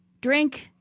drink